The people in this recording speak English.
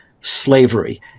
slavery